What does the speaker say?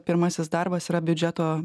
pirmasis darbas yra biudžeto